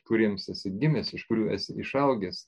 kuriems esi gimęs iš kurių esi išaugęs